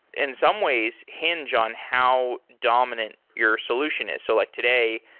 in some ways, hinge on how dominant your solution. and so like today,